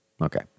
Okay